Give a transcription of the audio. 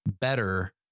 better